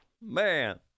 Man